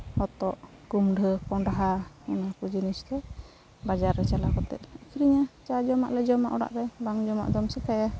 ᱦᱚᱛᱚᱫ ᱠᱩᱢᱰᱷᱟᱹ ᱠᱚᱱᱰᱦᱟ ᱚᱱᱟᱠᱚ ᱡᱤᱱᱤᱥᱫᱚ ᱵᱟᱡᱟᱨ ᱨᱮ ᱪᱟᱞᱟᱣ ᱠᱟᱛᱮᱫ ᱟᱹᱠᱷᱨᱤᱧ ᱡᱟᱼᱡᱚᱢᱟᱜᱞᱮ ᱡᱚᱢᱟ ᱚᱲᱟᱜᱨᱮ ᱵᱟᱝ ᱡᱚᱢᱟᱜᱫᱚᱢ ᱪᱮᱠᱟᱹᱭᱟ